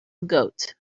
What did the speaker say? goat